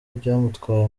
byamutwaye